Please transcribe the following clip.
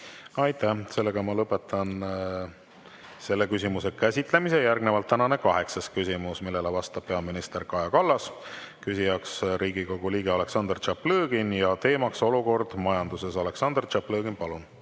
Aitäh! Lõpetan selle küsimuse käsitlemise. Järgnevalt tänane kaheksas küsimus, millele vastab peaminister Kaja Kallas, küsija Riigikogu liige Aleksandr Tšaplõgin ja teema olukord majanduses. Aleksandr Tšaplõgin, palun!